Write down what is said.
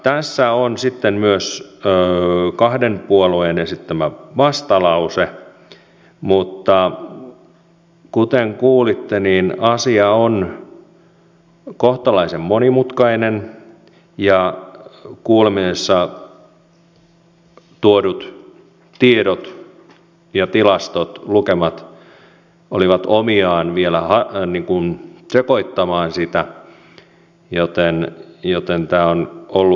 tässä on sitten myös kahden puolueen esittämä vastalause mutta kuten kuulitte asia on kohtalaisen monimutkainen ja kuulemisessa tuodut tiedot ja tilastot lukemat olivat omiaan vielä sekoittamaan sitä joten tämä on ollut hankala käsitellä